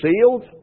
sealed